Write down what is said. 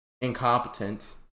incompetent